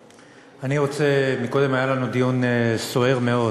קודם היה לנו דיון סוער מאוד